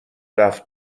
رفت